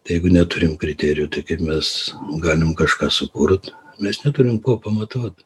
tai jeigu neturim kriterijų tai kaip mes galim kažką sukurt mes neturim kuo pamatuot